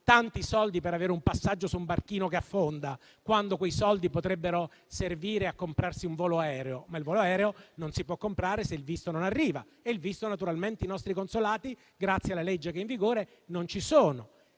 tanti soldi per avere un passaggio su un barchino che affonda, quando quei soldi potrebbero servire a comprarsi un volo aereo; ma il volo aereo non si può comprare se il visto non arriva e naturalmente ai nostri consolati, grazie alla legge in vigore, i visti non ci sono.